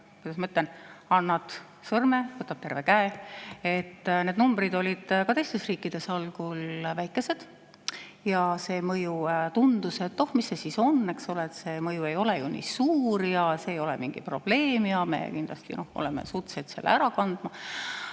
näha, et] annad sõrme, võtab terve käe. Need numbrid olid ka teistes riikides algul väikesed ja see mõju tundus, et oh, mis see siis on, see mõju ei ole ju nii suur, see ei ole mingi probleem, me kindlasti suudame sellega [toime